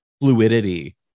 fluidity